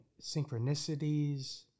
synchronicities